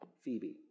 Phoebe